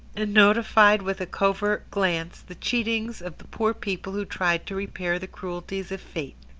and notified with a covert glance the cheatings of the poor people who tried to repair the cruelties of fate.